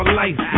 life